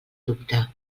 dubte